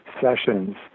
sessions